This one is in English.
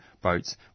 boats